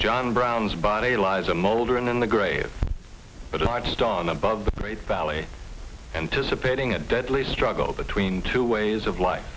john brown's body lies i'm older and in the grave but i watched on above the parade valley anticipating a deadly struggle between two ways of life